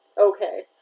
Okay